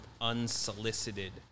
unsolicited